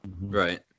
Right